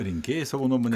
rinkėjai savo nuomonę